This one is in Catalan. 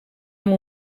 amb